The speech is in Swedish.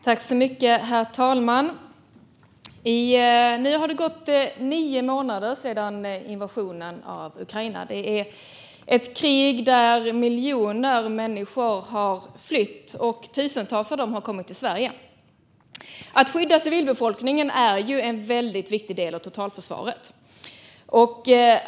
Herr talman! Nu har det gått nio månader sedan invasionen av Ukraina började. Det är ett krig där miljoner människor har flytt, och tusentals av dem har kommit till Sverige. Att skydda civilbefolkningen är ju en väldigt viktig del av totalförsvaret.